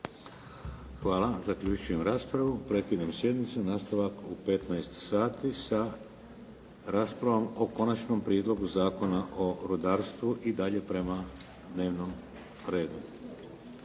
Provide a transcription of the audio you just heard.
Hvala. Zaključujem raspravu. Prekidam sjednicu. Nastavak u 15 sati sa raspravom o Konačnom prijedlogu zakona o rudarstvu i dalje prema dnevnom redu.